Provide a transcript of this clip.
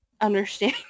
understand